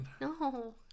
no